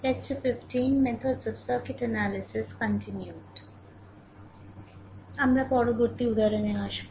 আমরা পরবর্তী উদাহরণে আসব